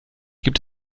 gibt